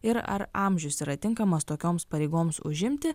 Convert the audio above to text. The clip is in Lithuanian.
ir ar amžius yra tinkamas tokioms pareigoms užimti